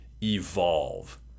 evolve